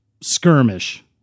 skirmish